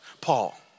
Paul